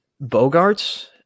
Bogarts